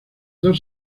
dos